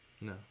No